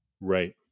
Right